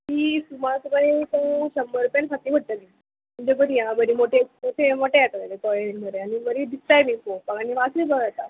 ती सुमार तुका एक शंबर रुपयान फांती पडटली म्हणजे बरी आं बरी मोटे मोटे येता ते बरें आनी बरी दिसताय बी पळोवपाक आनी वासूय बरो येता